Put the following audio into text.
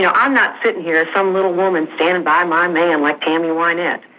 yeah i'm not sitting here, some little woman standing by my man like tammy wynette.